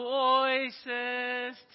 voices